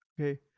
Okay